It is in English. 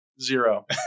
Zero